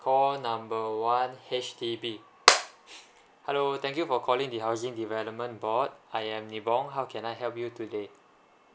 call number one H_D_B hello thank you for calling the housing development board I am nibong how can I help you today